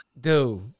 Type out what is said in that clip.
Dude